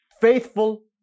faithful